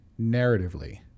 narratively